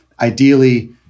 ideally